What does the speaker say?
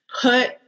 put